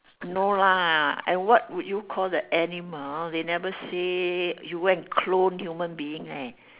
no lah and what would you call the animal they never say you went and clone human being leh